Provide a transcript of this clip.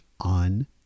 on